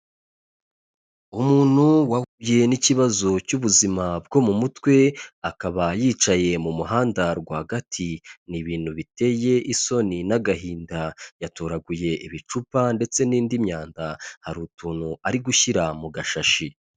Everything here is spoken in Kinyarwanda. Umuntu wahuye n'ikibazo cy'ubuzima bwo mu mutwe, akaba yicaye mu muhanda rwagati, ni ibintu biteye isoni n'agahinda, yatoraguye ibicupa ndetse n'indi myanda, hari utuntu ari gushyira mu gashashi.